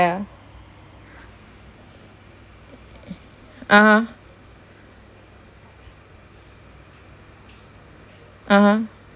(uh huh) (uh huh)